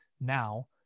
now